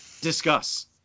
Discuss